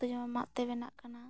ᱱᱚᱣᱟ ᱠᱚᱫᱚ ᱡᱮᱢᱚᱱ ᱢᱟᱜ ᱛᱮ ᱵᱮᱱᱟᱜ ᱠᱟᱱᱟ